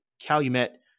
Calumet